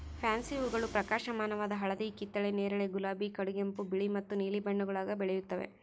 fancy ಹೂಗಳು ಪ್ರಕಾಶಮಾನವಾದ ಹಳದಿ ಕಿತ್ತಳೆ ನೇರಳೆ ಗುಲಾಬಿ ಕಡುಗೆಂಪು ಬಿಳಿ ಮತ್ತು ನೀಲಿ ಬಣ್ಣ ಬಣ್ಣಗುಳಾಗ ಬೆಳೆಯುತ್ತವೆ